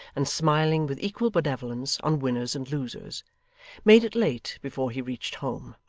and smiling with equal benevolence on winners and losers made it late before he reached home.